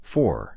Four